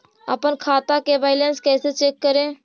अपन खाता के बैलेंस कैसे चेक करे?